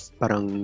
parang